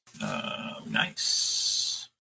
Nice